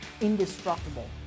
indestructible